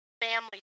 family